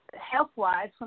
health-wise